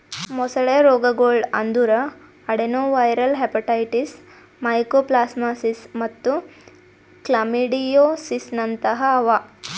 ಮೊಸಳೆ ರೋಗಗೊಳ್ ಅಂದುರ್ ಅಡೆನೊವೈರಲ್ ಹೆಪಟೈಟಿಸ್, ಮೈಕೋಪ್ಲಾಸ್ಮಾಸಿಸ್ ಮತ್ತ್ ಕ್ಲಮೈಡಿಯೋಸಿಸ್ನಂತಹ ಅವಾ